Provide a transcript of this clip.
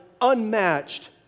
unmatched